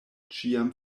ĉiam